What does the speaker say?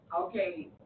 Okay